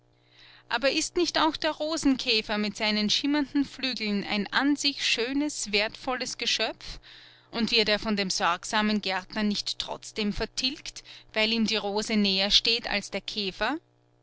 aber ist nicht auch der rosenkäfer mit seinen schimmernden flügeln ein an sich schönes wertvolles geschöpf und wird er von dem sorgsamen gärtner nicht trotzdem vertilgt weil ihm die rose näher steht als der käfer